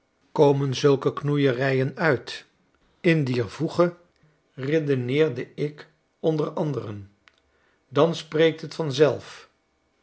komen zulke knoeierijen uit in dier voege redeneerde ik onder anderen dan spreekt het vanzelf